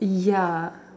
ya